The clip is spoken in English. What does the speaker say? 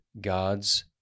God's